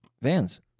Vans